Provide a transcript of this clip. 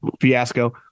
fiasco